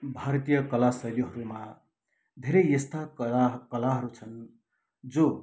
भारतीय कला शैलीहरूमा धेरै यस्ता कला कलाहरू छन् जो